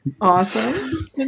Awesome